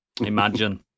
Imagine